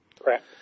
Correct